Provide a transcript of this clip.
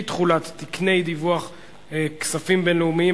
(אי-תחולת תקני דיווח כספי בין-לאומיים,